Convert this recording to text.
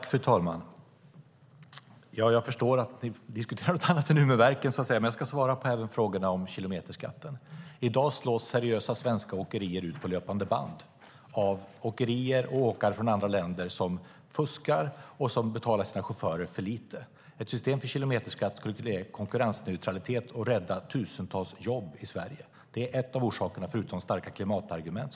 Fru talman! Jag förstår att vi diskuterar något annat än Umeverken, men jag ska svara på frågorna om kilometerskatten. I dag slås seriösa svenska åkerier ut på löpande band av åkerier och åkare från andra länder som fuskar och som betalar sina chaufförer för lite. Ett system med kilometerskatt skulle ge konkurrensneutralitet och rädda tusentals jobb i Sverige. Det är en av orsakerna, förutom starka klimatargument.